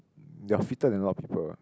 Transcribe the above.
ya fitter than a lot of people